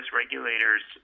regulators